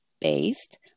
based